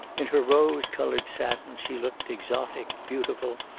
in her rose-colored satin she looked exotic, beautiful,